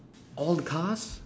all the cars